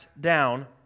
down